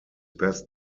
best